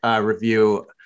review